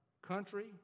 Country